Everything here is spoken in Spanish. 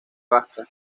vasca